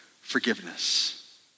forgiveness